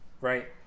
Right